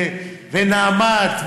ונעמ"ת,